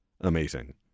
amazing